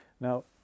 now